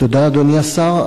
תודה, אדוני השר.